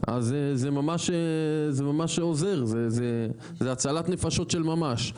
זה ממש עוזר, זה הצלת נפשות של ממש.